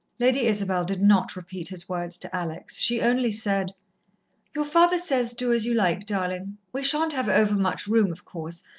lady isabel did not repeat his words to alex. she only said your father says, do as you like, darlin'. we shan't have over-much room, of course,